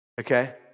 Okay